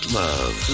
love